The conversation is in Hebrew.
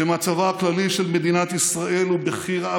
שמצבה הכללי של מדינת ישראל הוא בכי רע.